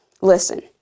Listen